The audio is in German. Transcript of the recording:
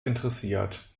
interessiert